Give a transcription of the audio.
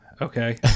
Okay